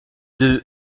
d’eux